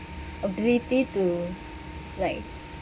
ability to like